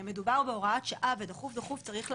מדובר בהוראת שעה ודחוף-דחוף צריך לעשות,